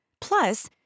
Plus